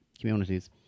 communities